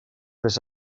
this